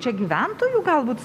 čia gyventojų galbūt